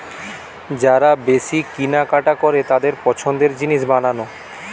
যারা বেশি কিনা কাটা করে তাদের পছন্দের জিনিস বানানো